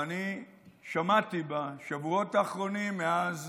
ואני שמעתי בשבועות האחרונים, מאז